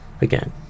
again